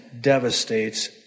devastates